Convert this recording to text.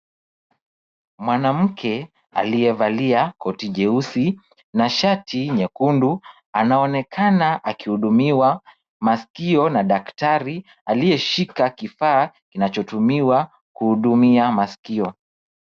Mwanamke aliyevalia koti jeusi na shati nyekundu anaonekana akihudumiwa maskio na daktari aliyeshika kifaa kinachotumiwa kuhudumia maskio.